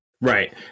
right